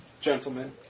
gentlemen